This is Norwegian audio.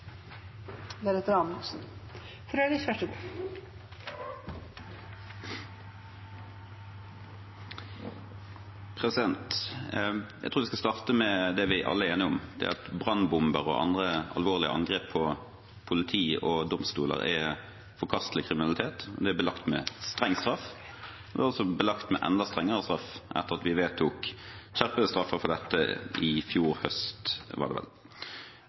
enige om, det at brannbomber og andre alvorlige angrep på politi og domstoler er forkastelig kriminalitet. Det er belagt med streng straff, og det er også belagt med enda strengere straff etter at vi vedtok skjerpede straffer for dette – i fjor høst, var det vel.